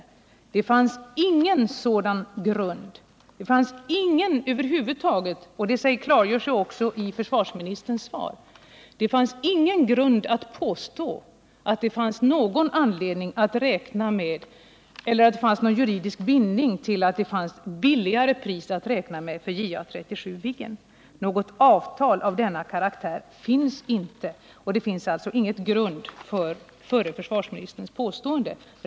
Det fanns över huvud taget ingen grund — och det klargörs också i försvarsministerns svar — för att påstå att det förelåg någon juridisk bindning till att det fanns lägre pris att räkna med för JA 37 Viggen. Något avtal av denna karaktär finns inte, och det finns alltså ingen grund för förre försvarsministerns påstående.